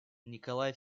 николай